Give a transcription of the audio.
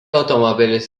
automobilis